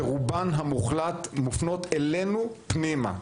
שרובן המוחלט מופנה אלינו פנימה,